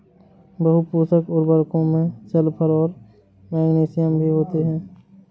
बहुपोषक उर्वरकों में सल्फर और मैग्नीशियम भी होते हैं